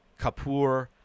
Kapoor